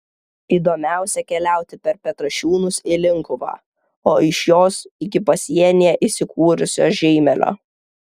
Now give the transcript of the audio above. įdomiausia keliauti per petrašiūnus į linkuvą o iš jos iki pasienyje įsikūrusio žeimelio